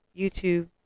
YouTube